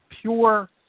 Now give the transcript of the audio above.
pure